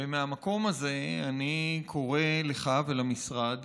ומהמקום הזה אני קורא לך ולמשרד